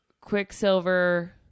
Quicksilver